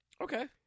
Okay